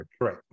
Right